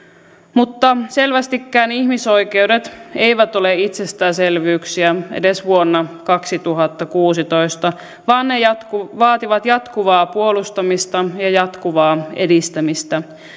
mutta selvästikään ihmisoikeudet eivät ole itsestäänselvyyksiä edes vuonna kaksituhattakuusitoista vaan ne vaativat jatkuvaa puolustamista ja jatkuvaa edistämistä